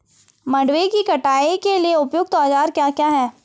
मंडवे की कटाई के लिए उपयुक्त औज़ार क्या क्या हैं?